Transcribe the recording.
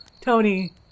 Tony